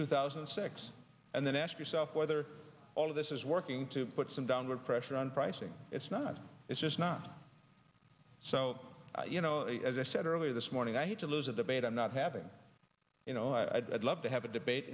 two thousand and six and then ask yourself whether all of this is working to put some downward pressure on pricing it's not it's just not so you know as i said earlier this morning i hate to lose a debate i'm not having you know i'd love to have a debate